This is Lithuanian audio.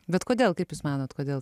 bet kodėl kaip jūs manot kodėl